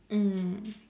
mm